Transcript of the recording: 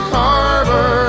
harbor